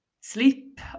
sleep